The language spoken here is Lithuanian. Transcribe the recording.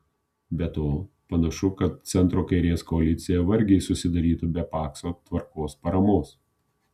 be to panašu kad centro kairės koalicija vargiai susidarytų be pakso tvarkos paramos